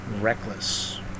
Reckless